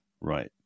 Right